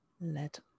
Let